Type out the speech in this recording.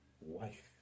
wife